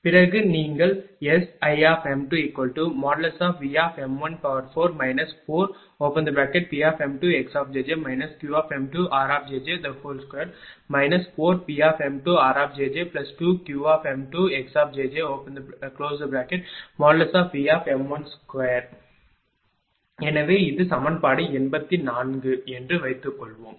பிறகு நீங்கள் SIm2|V|4 4Pm2xjj Qm2rjj2 4Pm2rjj2Qm2xjj|V|2 எனவே இது சமன்பாடு 84 என்று வைத்துக்கொள்வோம்